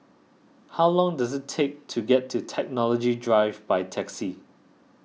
how long does it take to get to Technology Drive by taxi